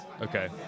okay